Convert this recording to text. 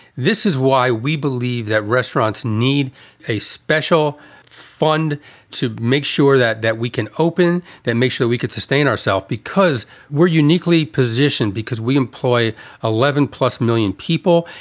this is why we believe that restaurants need a special fund to make sure that that we can open them, make sure we could sustain ourself because we're uniquely positioned, because we employ eleven plus million people.